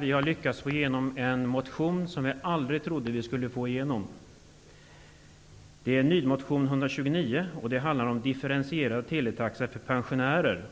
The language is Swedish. vi har lyckats få igenom en motion som vi aldrig trodde att vi skulle få igenom. Det är Ny demokratis motion nr 129, som handlar om differentierad teletaxa för pensionärer.